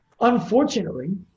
Unfortunately